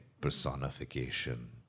personification